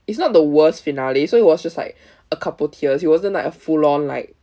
it's not the worst finale so it was just like a couple tears it wasn't like a full on like